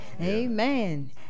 amen